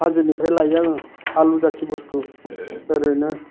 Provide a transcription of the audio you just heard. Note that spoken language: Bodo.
हाजोनिफ्राइ लायो आङो आलु जाथि बुस्थु ओरैनो